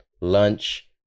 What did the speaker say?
lunch